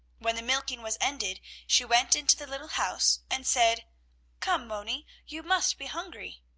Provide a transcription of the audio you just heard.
when the milking was ended, she went into the little house and said come, moni, you must be hungry.